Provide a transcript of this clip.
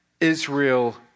Israel